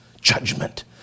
Judgment